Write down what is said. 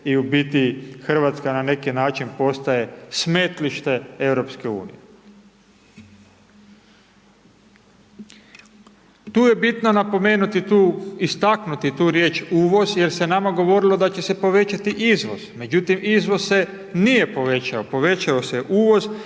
i u biti Hrvatska na neki način postaje smetlište EU. Tu je bitno napomenuti tu, istaknuti tu riječ uvoz, jer se nama govorilo da će se povećati izvoz, međutim izvoz se nije poveća, povećao se je uvoz